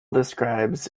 describes